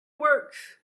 works